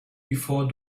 before